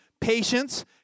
patience